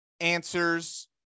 answers